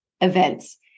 events